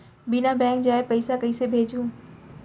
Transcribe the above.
बिना बैंक जाए पइसा कइसे भेजहूँ?